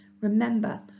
Remember